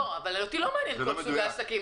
אבל אותי לא מעניין כל סוגי העסקים,